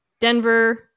Denver